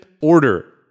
order